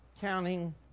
Counting